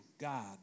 God